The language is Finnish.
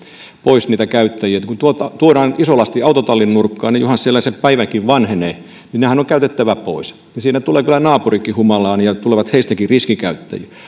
pois niiltä käyttäjiltä niin se on hyvä kun tuodaan iso lasti autotallin nurkkaan ja kun se siellä päivänkin vanhenee niin sehän on käytettävä pois ja siinä tulee kyllä naapurikin humalaan ja tulee hänestäkin riskikäyttäjiä